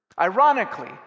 Ironically